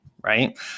right